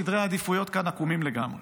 סדרי העדיפויות כאן עקומים לגמרי.